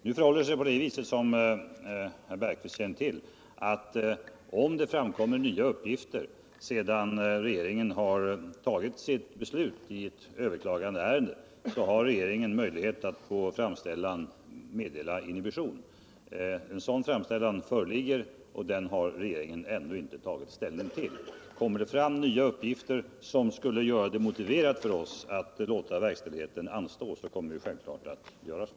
Som Jan Bergqvist känner till är det så att om det framkommer nya uppgifter sedan regeringen tagit sitt beslut i ett överklagandeärende, har regeringen möjlighet att på framställan meddela inhibition. En sådan framställning föreligger. Den har regeringen ännu inte tagit ställning till. Kommer det fram nya uppgifter som skulle motivera oss att låta verkställigheten anstå, kommer vi självfallet att göra så.